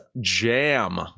jam